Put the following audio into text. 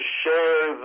share